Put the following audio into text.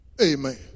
Amen